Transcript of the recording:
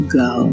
go